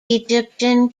egyptian